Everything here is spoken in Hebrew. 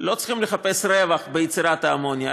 לא צריכים לחפש רווח ביצירת אמוניה,